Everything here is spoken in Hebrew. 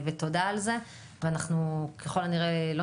באומיקרון דיברנו סביב 40%-30% וב-BA5 אנחנו מדברים אף יותר